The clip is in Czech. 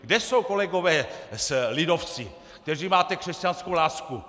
Kde jsou kolegové lidovci, kteří máte křesťanskou lásku?